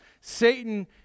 satan